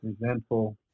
resentful